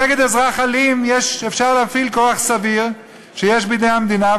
נגד אזרח אלים אפשר להפעיל כוח סביר שיש בידי המדינה,